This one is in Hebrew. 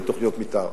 תוכניות מיתאר.